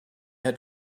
had